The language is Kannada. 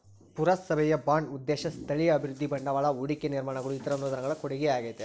ಪುರಸಭೆಯ ಬಾಂಡ್ ಉದ್ದೇಶ ಸ್ಥಳೀಯ ಅಭಿವೃದ್ಧಿ ಬಂಡವಾಳ ಹೂಡಿಕೆ ನಿರ್ಮಾಣಗಳು ಇತರ ಅನುದಾನಗಳ ಕೊಡುಗೆಯಾಗೈತೆ